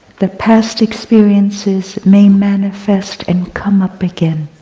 the past experiences may manifest and come up again.